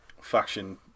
faction